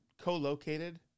co-located